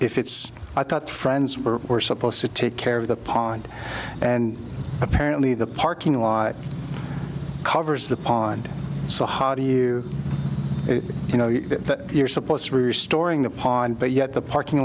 if it's i thought friends were supposed to take care of the pond and apparently the parking lot covers the pond so how do you you know that you're supposed to be restoring the pond but yet the parking